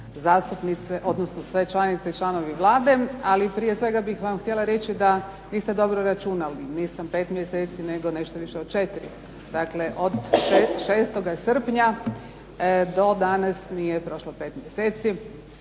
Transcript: odnosno sve članice i članovi Vlade. Ali prije svega bih vam htjela reći da niste dobro računali, nisam pet mjeseci nego nešto više od četiri. Dakle, od 6. srpnja do danas nije prošlo pet mjeseci.